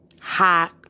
Hot